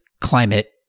climate